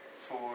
four